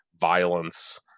violence